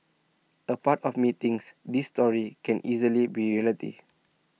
A part of me thinks these stories can easily be reality